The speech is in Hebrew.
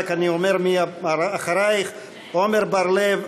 אני רק אומר מי אחרייך: עמר בר-לב,